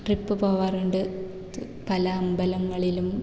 trip പോവാറുണ്ട് പല അമ്പലങ്ങളിലും